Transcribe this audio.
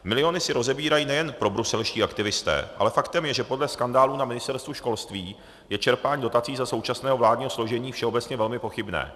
Miliony si rozebírají nejen probruselští aktivisté, ale faktem je, že podle skandálu na Ministerstvu školství je čerpání dotací za současného vládního složení všeobecně velmi pochybné.